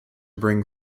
bring